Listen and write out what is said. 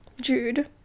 Jude